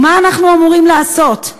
ומה אנחנו אמורים לעשות,